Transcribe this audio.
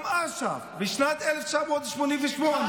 גם אש"ף בשנת 1988,